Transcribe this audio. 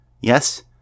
Yes